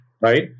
Right